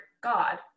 God